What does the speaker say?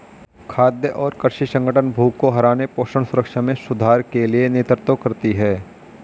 खाद्य और कृषि संगठन भूख को हराने पोषण सुरक्षा में सुधार के लिए नेतृत्व करती है